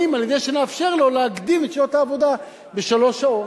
שנים על-ידי שנאפשר לו להקדים את שעת סיום העבודה בשלוש שעות.